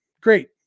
great